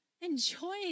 Enjoy